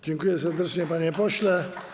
Dziękuję serdecznie, panie pośle.